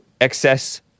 excess